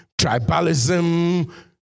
tribalism